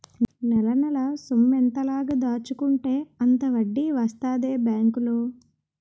నెలనెలా సొమ్మెంత లాగ దాచుకుంటే అంత వడ్డీ వస్తదే బేంకులో